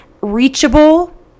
reachable